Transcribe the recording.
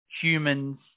humans